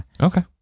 okay